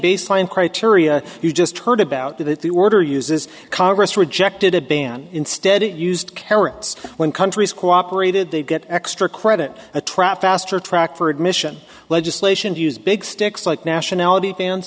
baseline criteria you just heard about that if the order uses congress rejected a ban instead it used carrots when countries cooperated they get extra credit a trap faster track for admission legislation to use big sticks like nationality an